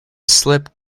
slip